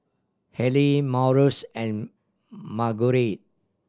Haleigh Marius and Marguerite